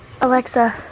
Alexa